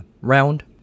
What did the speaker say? round